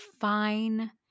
fine